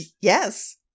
Yes